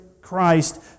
Christ